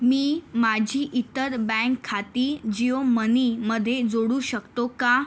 मी माझी इतर बँक खाती जिओ मनीमध्ये जोडू शकतो का